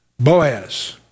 Boaz